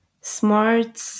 smart